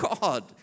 God